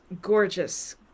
gorgeous